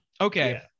Okay